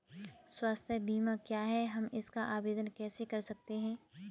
स्वास्थ्य बीमा क्या है हम इसका आवेदन कैसे कर सकते हैं?